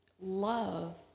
love